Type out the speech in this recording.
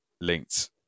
linked